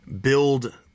build